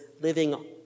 living